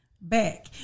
back